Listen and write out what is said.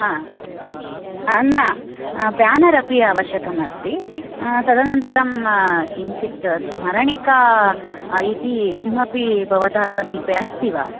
ना बेनर् अपि आवश्यकम् अस्ति तदनन्तरं किञ्चित् स्मरणिका इति किमपि भवतः समीपे अस्ति वा